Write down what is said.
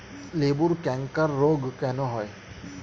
লেবুর ক্যাংকার রোগ কেন হয়?